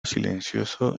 silencioso